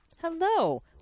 Hello